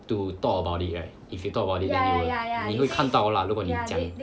to talk about it right if you talk about it then you 你会看到啦如果你讲